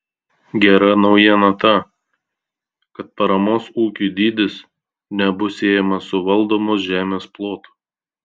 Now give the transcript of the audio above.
gera naujiena ta kad paramos ūkiui dydis nebus siejamas su valdomos žemės plotu